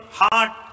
heart